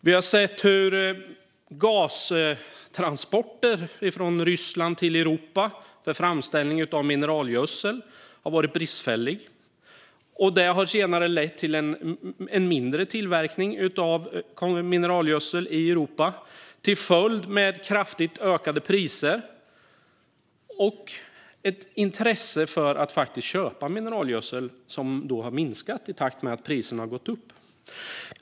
Vi har sett hur gastransporter från Ryssland till Europa för framställning av mineralgödsel har varit bristfälliga. Det har senare lett till en mindre tillverkning av mineralgödsel i Europa med kraftigt ökade priser som följd. Intresset för att köpa mineralgödsel har minskat i takt med att priserna har gått upp.